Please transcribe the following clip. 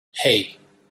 hey